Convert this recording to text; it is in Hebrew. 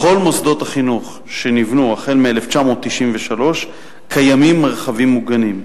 בכל מוסדות החינוך שנבנו מ-1993 קיימים מרחבים מוגנים.